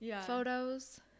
photos